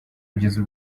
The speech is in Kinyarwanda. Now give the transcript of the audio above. kugeza